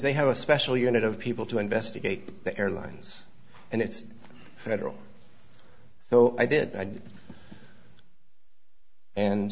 they have a special unit of people to investigate the airlines and it's federal so i did